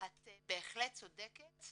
את בהחלט צודקת,